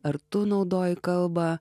ar tu naudoji kalbą